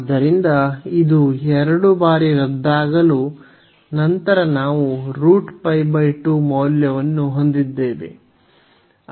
ಆದ್ದರಿಂದ ಇದು 2 ಬಾರಿ ರದ್ದಾಗಲು ನಂತರ ನಾವು √π 2 ಮೌಲ್ಯವನ್ನು ಹೊಂದಿದ್ದೇವೆ